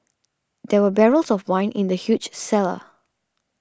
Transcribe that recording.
there were barrels of wine in the huge cellar